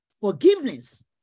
forgiveness